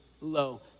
low